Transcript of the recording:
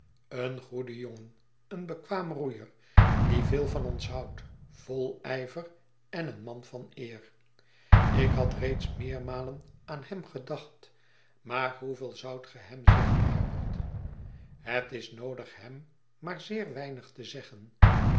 een goede jongen eenbekwaam roeier die veel van ons houdt vol ijver en een man van eer ik had reeds meermalen aan hem gedacht maar hoeveel zoudt ge hem zeggen herbert het is noodig hem maar zeer weinig te zeggen